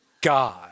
God